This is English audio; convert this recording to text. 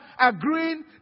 agreeing